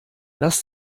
lass